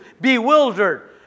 bewildered